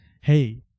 hey